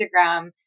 Instagram